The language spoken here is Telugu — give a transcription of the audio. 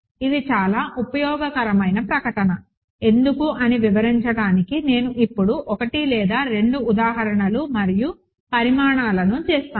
ఇది చాలా ఉపయోగకరమైన ప్రకటన ఎందుకు అని వివరించడానికి నేను ఇప్పుడు ఒకటి లేదా రెండు ఉదాహరణలు మరియు పరిణామాలను చేస్తాను